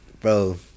bro